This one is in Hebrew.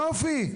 יופי.